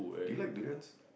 do you like durians